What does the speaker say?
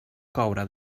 coure